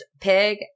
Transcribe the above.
pig